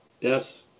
yes